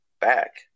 back